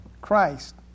Christ